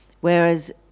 Whereas